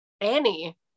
Annie